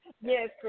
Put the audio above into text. Yes